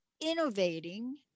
innovating